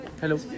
Hello